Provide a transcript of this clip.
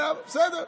בסדר.